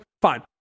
Fine